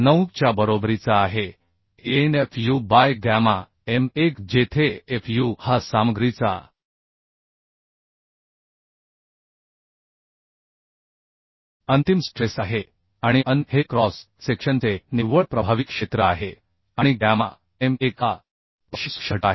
9च्या बरोबरीचा आहे AnFu by gamma m 1 जेथे Fu हा सामग्रीचा अंतिम स्ट्रेस आहे आणि An हे क्रॉस सेक्शनचे निव्वळ प्रभावी क्षेत्र आहे आणि गॅमा m 1 हा पार्शियल सुरक्षा घटक आहे